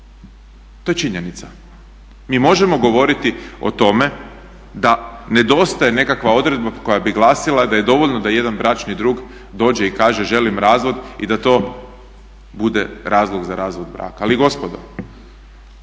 To je činjenica. Mi možemo govoriti o tome da ne dostaje nekakva odredba koja bi glasila da je dovoljno da jedan bračni drug dođe i kaže želim razvod i da to bude razlog za razvod braka. Ali gospodo